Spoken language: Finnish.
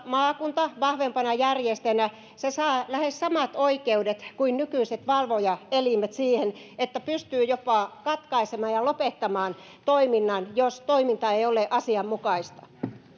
maakunta vahvempana järjestäjänä saa lähes samat oikeudet kuin nykyiset valvojaelimet siihen että se pystyy jopa katkaisemaan ja lopettamaan toiminnan jos toiminta ei ole asianmukaista